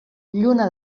lluna